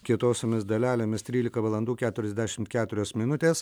kietosiomis dalelėmis trylika valandų keturiasdešimt keturios minutės